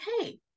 okay